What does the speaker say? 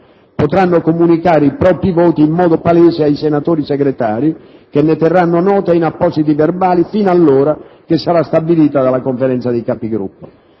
potranno comunicare i propri voti in modo palese ai senatori segretari, che ne terranno nota in appositi verbali, fino all'ora che sarà stabilita dalla Conferenza dei Capigruppo.